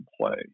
play